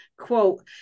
quote